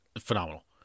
phenomenal